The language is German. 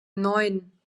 neun